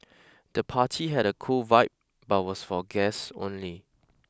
the party had a cool vibe but was for guests only